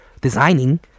designing